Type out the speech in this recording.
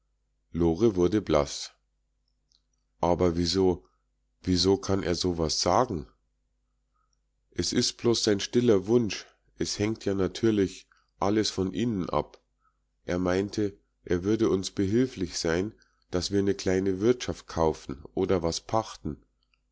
lore wurde blaß aber wieso wieso kann er sowas sagen es ist bloß sein stiller wunsch es hängt ja natürlich alles von ihnen ab er meinte er würde uns behilflich sein daß wir ne kleine wirtschaft kaufen oder was pachten